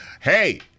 Hey